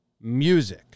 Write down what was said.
music